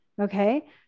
Okay